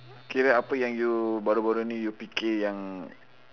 kira apa yang you baru-baru ini you fikir yang